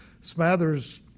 smathers